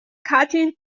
cutting